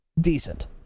decent